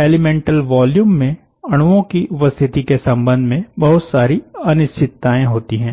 elemental volume में अणुओं की उपस्थिति के संबंध में बहुत सारी अनिश्चितताएं होती हैं